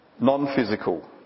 non-physical